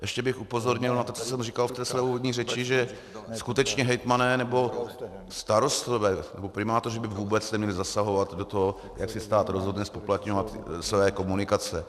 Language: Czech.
Ještě bych upozornil na to, co jsem říkal ve své úvodní řeči, že skutečně hejtmani nebo starostové nebo primátoři by vůbec neměli zasahovat do toho, jak se stát rozhodne zpoplatňovat své komunikace.